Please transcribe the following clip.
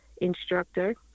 instructor